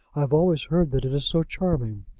i have always heard that it is so charming.